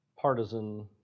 partisan